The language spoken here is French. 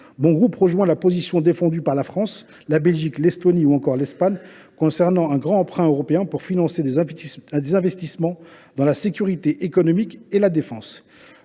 mon groupe rejoint la position défendue par la France, la Belgique, l’Estonie ou encore l’Espagne concernant un grand emprunt européen pour financer des investissements dans la sécurité économique et la défense.